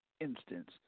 instance